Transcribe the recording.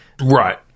Right